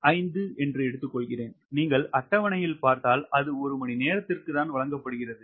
5 எடுத்துக்கொள்கிறேன் நீங்கள் அட்டவணையில் பார்த்தால் அது ஒரு மணி நேரத்திற்கு வழங்கப்படுகிறது